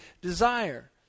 desire